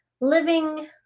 Living